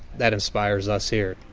that inspires us here.